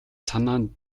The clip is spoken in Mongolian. санаанд